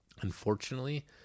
Unfortunately